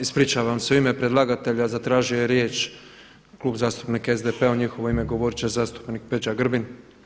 Ispričavam se, u ime predlagatelja zatražio je riječ Klub zastupnika SDP-a, u njihovo ime govoriti će zastupnik Peđa Grbin.